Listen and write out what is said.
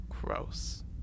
Gross